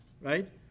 right